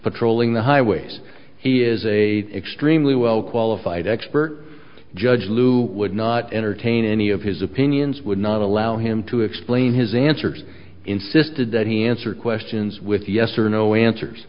patrolling the highways he is a extremely well qualified expert judge lou would not entertain any of his opinions would not allow him to explain his answers insisted that he answer questions with yes or no answers